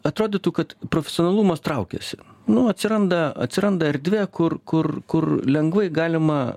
atrodytų kad profesionalumas traukiasi nu atsiranda atsiranda erdvė kur kur kur lengvai galima